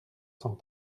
cent